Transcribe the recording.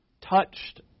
touched